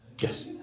Yes